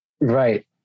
Right